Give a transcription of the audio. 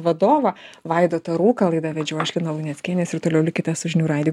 vadovą vaidotą rūką laidą vedžiau aš lina luneckienė ir toliau likite su žinių radiju